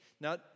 Now